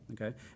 okay